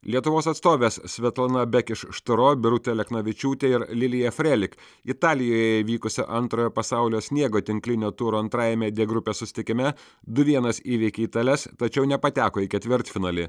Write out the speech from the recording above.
lietuvos atstovės svetlana bekeš šturo birutė aleknavičiūtė ir lilija frelik italijoje vykusio antrojo pasaulio sniego tinklinio turo antrajame d grupės susitikime du vienas įveikė itales tačiau nepateko į ketvirtfinalį